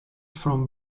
from